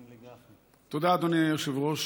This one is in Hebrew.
תודה, אדוני היושב-ראש.